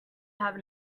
have